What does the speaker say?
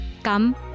come